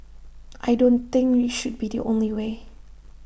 I don't think should be the only way